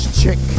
chick